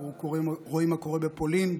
אנחנו רואים מה קורה בפולין,